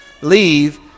leave